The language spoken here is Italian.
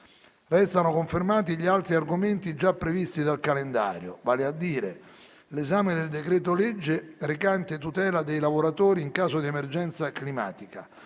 Restano confermati gli altri argomenti già previsti dal calendario, vale a dire l'esame del decreto-legge concernente la tutela dei lavoratori in caso di emergenza climatica